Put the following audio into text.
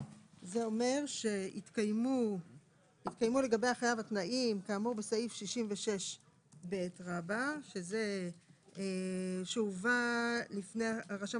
זה אומר שהתקיימו לגבי החייב התנאים כאמור בסעיף 66ב שזה שהובא לפי רשם